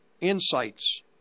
insights